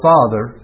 Father